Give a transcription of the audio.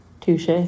Touche